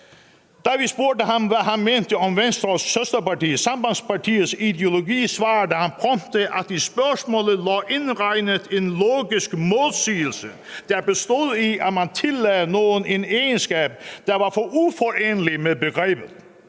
Da vi spurgte ham, hvad han mente om Venstres søsterparti Sambandspartiets ideologi, svarede han prompte, at i spørgsmålet lå indregnet en logisk modsigelse, der bestod i, at man tillagde noget en egenskab, der var uforenelig med begrebet.